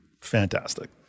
fantastic